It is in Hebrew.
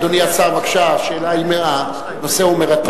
אדוני השר, בבקשה, הנושא הוא מרתק.